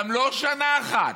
גם לא שנה אחת,